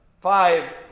five